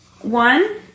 one